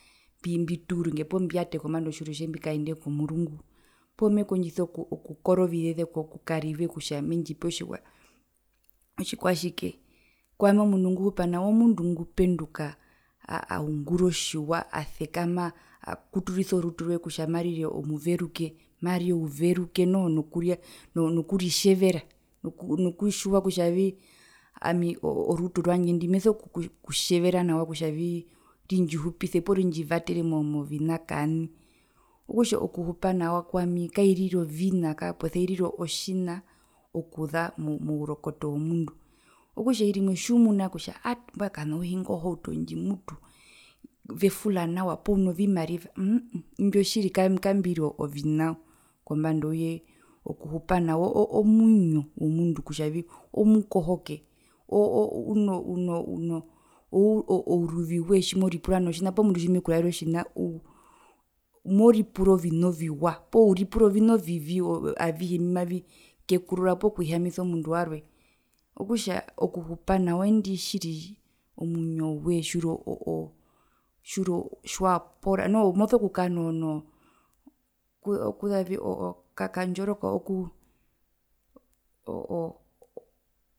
Mbi mbii poo mbituurunge mbiyate kombanda otjiuru tje mbikaende komurungu poo mekondjisa oku okukora ovizeze koka rive kutja mendjipe tjikwae otjikwatjike kwami omundu ngu hupa nawa omundu ngupenduka aa aungura otjiwa asekama akuturisa oruturwe kutja arire omuveruke marye ouverue no nokuria nokuritjevera noku nokutjiwa kutjavii ami orotu rwandje ndi meso kutjevera nawa kutjavii rindjihupise poo rundjivatere movina kaani okutja okuhupa nawa kwami kairire ovina kako posia iritja otjina okuza mo mourekoto womundu, okutja oiri imwe otjiumuna kutja at mbwae kana uhinga ohauto ndji mutu vefula nawa poo uno vimariva uumuu imbio tjiri kambiri ovina kombanda ouye okuhupa nawa omwinyo womundu kutjavii omukohoke oo oo unoo uno uno uno ouruviwee tjimoripura notjina poo mundu tjimekuraere otjina uu moripura ovina oviwa poo uripura ovina ovivi avihe mbimavi tekurura poo kwihamisa omundu warwe okutjaokuhupa nawa eendi tjiri omwinyowee tjiuri oo oo tjiwapora noho moso kukaa no no kuza kuzavi kak kandjoroka ookuu oo oo